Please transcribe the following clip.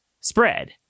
spread